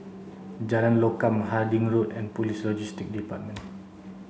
Jalan Lokam Harding Road and Police Logistics Department